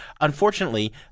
Unfortunately